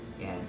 Yes